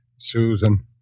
Susan